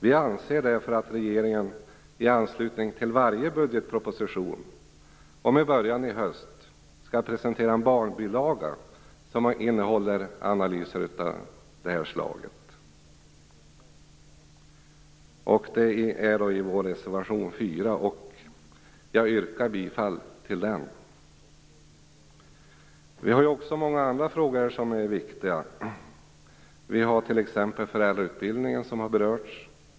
Vi anser därför att regeringen i anslutning till varje budgetproposition, och med början i höst, skall presentera en barnbilaga som innehåller analyser av det här slaget. Det säger vi i vår reservation 4. Jag yrkar bifall till den. Det är många andra frågor som också är viktiga. Vi har t.ex. föräldrautbildningen som har berörts här.